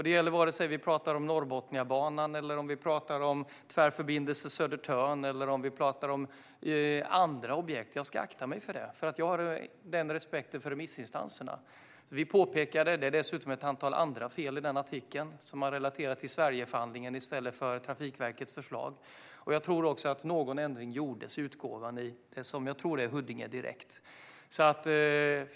Det gäller vare sig vi pratar om Norrbotniabanan, Tvärförbindelse Södertörn eller andra objekt. Jag ska akta mig för det. Jag har den respekten för remissinstanserna. Vi påpekade detta. Det var dessutom ett antal andra fel i den artikeln. Man relaterar till Sverigeförhandlingen i stället för till Trafikverkets förslag. Jag tror att någon ändring gjordes i Huddinge Direkt.